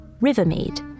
Rivermead